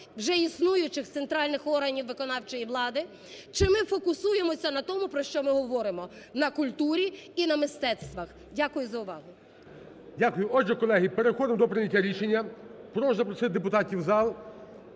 вже існуючих центральних органів виконавчої влади, чи ми фокусуємося на тому, про що ми говоримо – на культурі і на мистецтвах. Дякую за увагу. ГОЛОВУЮЧИЙ. Дякую. Отже, колеги, переходимо до прийняття рішення. Прошу запросити депутатів в зал.